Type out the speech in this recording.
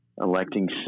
electing